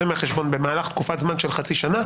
מהחשבון במהלך תקופת זמן של חצי שנה,